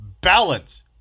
Balance